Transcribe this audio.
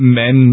men